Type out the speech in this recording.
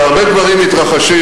שהרבה דברים מתרחשים